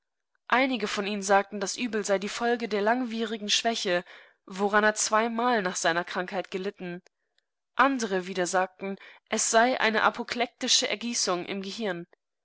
einige von ihnen sagten das übel sei die folge der langwierigen schwäche woranerzweimalnachseinerkrankheitgelitten anderewiedersagten es sein eine apoplektische ergießung im gehirn